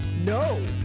No